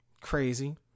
Crazy